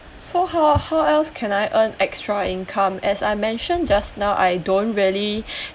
so how how else can I earn extra income as I mentioned just now I don't really